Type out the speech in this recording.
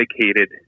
dedicated